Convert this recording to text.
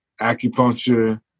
acupuncture